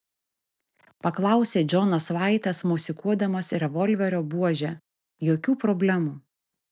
paklausė džonas vaitas mosikuodamas revolverio buože jokių problemų